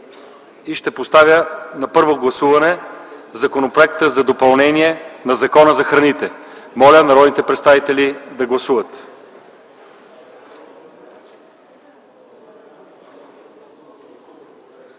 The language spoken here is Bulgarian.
и поставям на първо гласуване Законопроекта за допълнение на Закона за храните. Моля народните представители да гласуват.